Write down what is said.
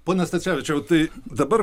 pone stacevičiau tai dabar